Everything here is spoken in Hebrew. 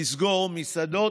לסגור מסעדות,